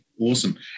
Awesome